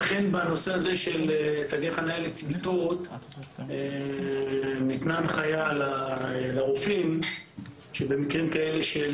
אכן בנושא של תגי חניה לצמיתות ניתנה הנחיה לרופאים שבמקרים כאלה של